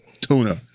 tuna